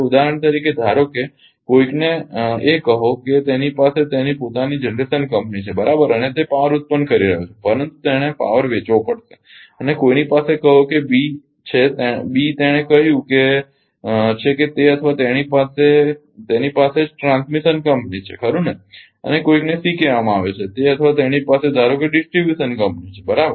ઉદાહરણ તરીકે ધારો કે કોઈક ને A કહો છો તેની પાસે તેની પોતાની જનરેશન કંપની છે બરાબર અને તે પાવર ઉત્પન્ન કરી રહ્યો છે પરંતુ તેણે પાવર વેચવો પડશે અને કોઈની પાસે તમારો કહો કે Bબી છે B તેણે કહ્યું છે કે તે અથવા તેણી પાસે તેની જ ટ્રાન્સમિશન કંપની છે ખરુ ને અને કોઈકને સી કહેવામાં આવે છે તે અથવા તેણી પાસે ધારો કે ડિસ્ટ્રીબ્યુશન કંપની છે બરાબર